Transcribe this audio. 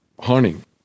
hunting